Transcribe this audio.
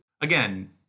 again